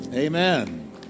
amen